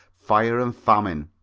fire and famine.